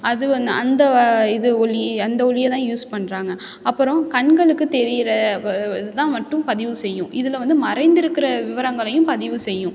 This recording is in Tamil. அது வந் அந்த இது ஒளி அந்த ஒளியை தான் யூஸ் பண்ணுறாங்க அப்புறம் கண்களுக்குத் தெரிகிற இது தான் மட்டும் பதிவு செய்யும் இதில் வந்து மறைந்திருக்கிற விவரங்களையும் பதிவு செய்யும்